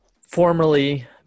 formerly